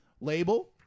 label